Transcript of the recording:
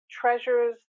Treasures